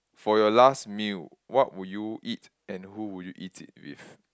for your last meal what will you eat and who will you eat it with